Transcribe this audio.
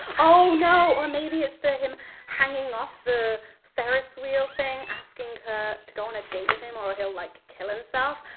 oh no, or maybe it's the him hanging off the ferris wheel thing asking her to go on a date with him or or he'll like kill himself.